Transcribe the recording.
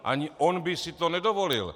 Ani on by si to nedovolil.